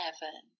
heaven